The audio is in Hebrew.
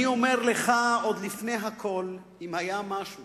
אני אומר לך, עוד לפני הכול, שאם היה משהו